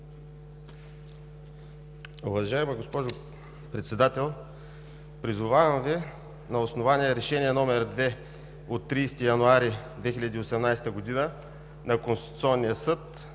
Уважаема госпожо Председател, призовавам Ви на основание Решение № 2 от 30 януари 2018 г. на Конституционния съд